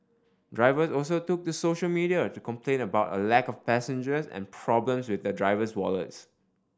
drivers also took to social media to complain about a lack of passengers and problems with their driver's wallets